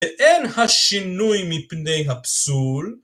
ואין השינוי מפני הפסול